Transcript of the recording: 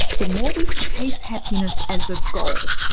the more we chase happiness as a goal,